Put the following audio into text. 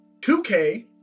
2K